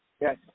yes